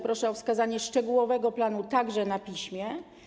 Proszę o wskazanie szczegółowego planu także na piśmie.